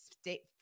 state